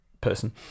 person